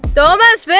thomas! but